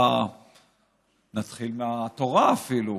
נתחיל מהתורה, אפילו,